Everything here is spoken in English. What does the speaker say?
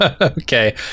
okay